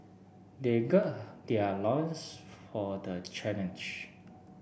they gird their loins for the challenge